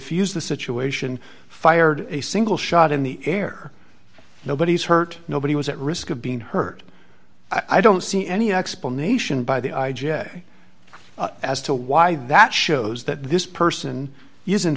the situation fired a single shot in the air nobody was hurt nobody was at risk of being hurt i don't see any explanation by the i j a as to why that shows that this person is in